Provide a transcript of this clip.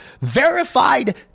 verified